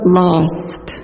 lost